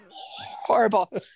Horrible